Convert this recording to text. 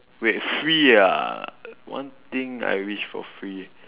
wait free ah one thing I wish for free